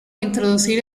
introducir